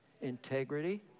integrity